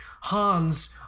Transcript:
Hans